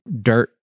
dirt